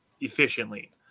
efficiently